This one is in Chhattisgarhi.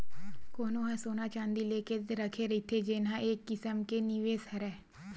कोनो ह सोना चाँदी लेके रखे रहिथे जेन ह एक किसम के निवेस हरय